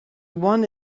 one